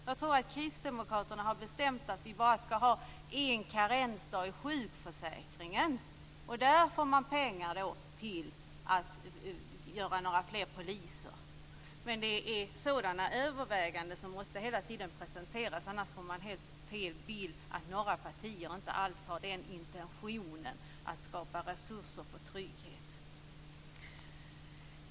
Jag tror att kristdemokraterna har bestämt att vi ska ha bara en karensdag i sjukförsäkringen. Och därifrån får man pengar till några fler poliser. Men det är sådana överväganden som hela tiden måste presenteras, annars får man helt fel bild, att några partier inte alls har intentionen att skapa resurser för trygghet.